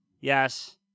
Yes